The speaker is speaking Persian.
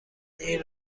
این